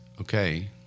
okay